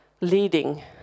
leading